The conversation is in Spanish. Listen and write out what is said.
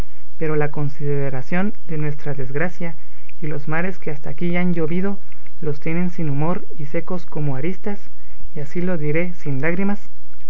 pero la consideración de nuestra desgracia y los mares que hasta aquí han llovido los tienen sin humor y secos como aristas y así lo diré sin lágrimas